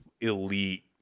elite